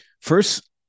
First